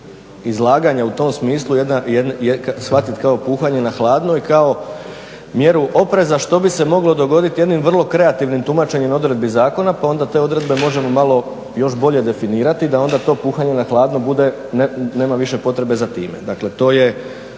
izlaganje u tom smislu shvatiti kao puhanje na hladno i kao mjeru opreza što bi se moglo dogoditi onim vrlo kreativnim tumačenjem odredbi zakona pa onda te odredbe možemo malo još bolje definirati, da onda to puhanje na hladno bude, nema više potrebe za time. Dakle, to